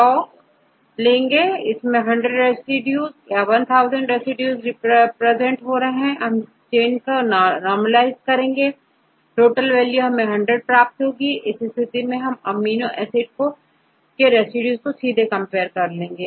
100 सही तो यदि हंड्रेड रेसिड्यू या वन थाउजेंड रेसिड्यू प्रेजेंट हो इसे हम chain लेंथ से normalize करें तो हम टोटल वैल्यू 100 पाएंगे इस स्थिति में आप प्रत्येक अमीनो एसिड रेसिड्यू को सीधे कंपेयर कर सकते हैं